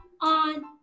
on